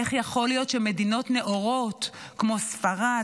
איך יכול להיות שמדינות נאורות כמו ספרד,